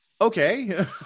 Okay